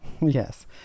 Yes